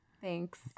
Thanks